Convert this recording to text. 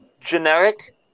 generic